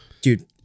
dude